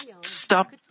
stop